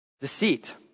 Deceit